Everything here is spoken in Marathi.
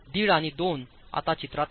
5 आणि 2 आता चित्रात नाही